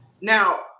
Now